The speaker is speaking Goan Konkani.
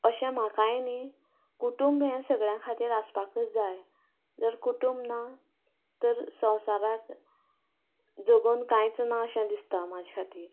अशें म्हाकाय नी कुटूंब हें सगल्या खातीर आसपाकच जाय जर कुटूंब ना तर संवसारांत जगून कांयच ना अशें दिसता म्हाजे खातीर